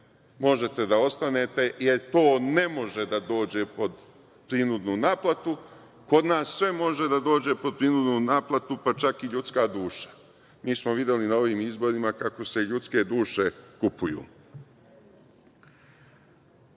možete da ostanete, jer to ne može da dođe pod prinudnu naplatu, kod nas sve može da dođe pod prinudnu naplatu, pa čak i ljudska duša. Mi smo videli na ovim izborima kako se ljudske duše kupuju. Kad